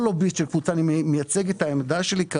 לוביסט של קבוצת דיסקונט אלא כרגע אני מייצג את העמדה שלי,